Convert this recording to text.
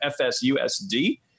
FSUSD